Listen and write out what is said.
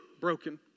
broken